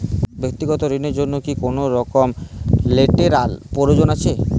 ব্যাক্তিগত ঋণ র জন্য কি কোনরকম লেটেরাল প্রয়োজন আছে?